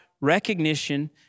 recognition